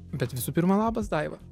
bet visų pirma labas daiva